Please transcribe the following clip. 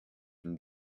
une